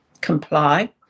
comply